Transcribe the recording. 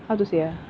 how to say ah